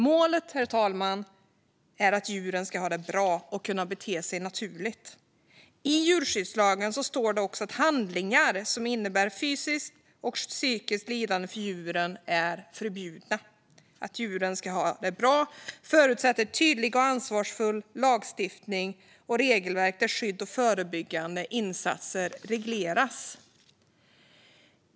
Målet är att djuren ska ha det bra och kunna bete sig naturligt. I djurskyddslagen står det också att handlingar som innebär fysiskt eller psykiskt lidande för djuren är förbjudna. Att djuren ska ha det bra förutsätter tydlig och ansvarsfull lagstiftning och regelverk där skydd och förebyggande insatser regleras.